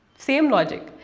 same logic.